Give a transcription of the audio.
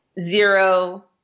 zero